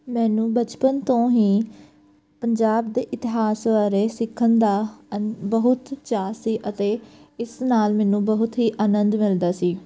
ਮੈਨੂੰ ਬਚਪਨ ਤੋਂ ਹੀ ਪੰਜਾਬ ਦੇ ਇਤਿਹਾਸ ਬਾਰੇ ਸਿੱਖਣ ਦਾ ਅੰ ਬਹੁਤ ਚਾਅ ਸੀ ਅਤੇ ਇਸ ਨਾਲ ਮੈਨੂੰ ਬਹੁਤ ਹੀ ਆਨੰਦ ਮਿਲਦਾ ਸੀ